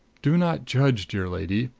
do not judge, dear lady,